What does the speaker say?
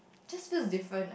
just look different